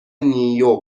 نییورک